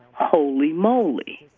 holy moly.